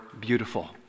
Beautiful